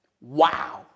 Wow